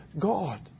God